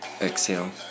Exhale